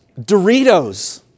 Doritos